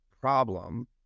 problem